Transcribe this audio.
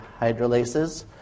hydrolases